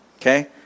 Okay